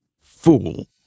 fool